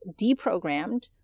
deprogrammed